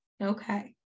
okay